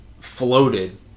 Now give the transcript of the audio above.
floated